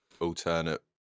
alternate